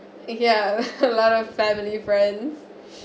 ya a lot of family friends